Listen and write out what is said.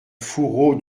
fourreau